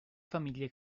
famiglie